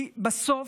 כי בסוף,